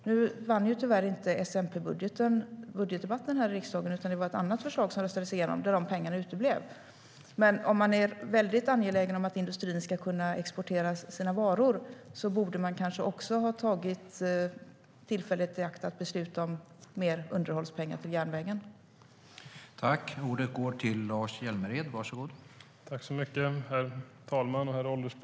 Nu vann ju tyvärr inte S-MP-budgeten omröstningen här i riksdagen utan det var ett annat förslag som röstades igenom, och då uteblev de pengarna. Om man är väldigt angelägen om att industrin ska kunna exportera sina varor borde man kanske också ha tagit tillfället i akt att besluta om mer pengar till underhåll av järnvägen.